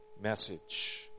message